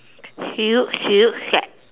she looks she looks sad